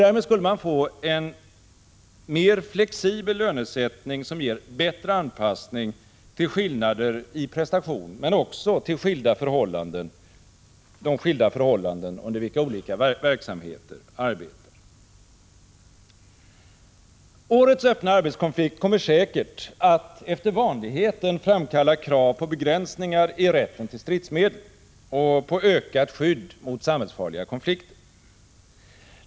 Därmed skulle man få en mer flexibel lönesättning, som ger en bättre anpassning till skillnader i prestation men också till de skilda förhållanden under vilka olika verksamheter arbetar. Årets öppna arbetskonflikt kommer säkert att efter vanligheten framkalla krav på begränsningar i rätten till stridsmedel och på ökat skydd mot samhällsfarliga konflikter.